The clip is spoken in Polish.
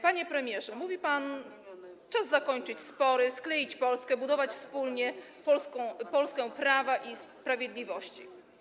Panie premierze, mówił pan: Czas zakończyć spory, skleić Polskę, budować wspólnie Polskę prawa i sprawiedliwości.